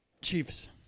Chiefs